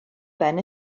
ben